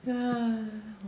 yeah